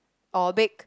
or bake